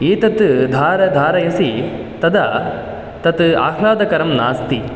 एतत् धार धारयसि तदा तत् आह्लादकरं नास्ति